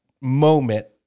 moment